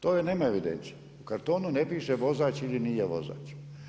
To nemaju u evidenciju, u kartonu ne piše vozač ili nije vozač.